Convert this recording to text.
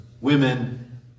women